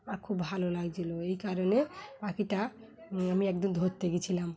আর খুব ভালো লাগছিলো এই কারণে পাখিটা আমি একদিন ধরতে গেছিলাম